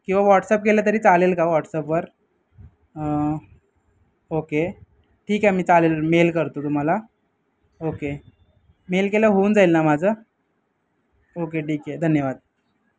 किंवा व्हॉट्सअप केलं तरी चालेल का व्हॉट्सअपवर ओके ठीक आहे मी चालेल मेल करतो तुम्हाला ओके मेल केलं होऊन जाईल ना माझं ओके ठीक आहे धन्यवाद